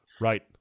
right